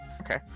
Okay